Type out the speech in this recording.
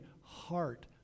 heart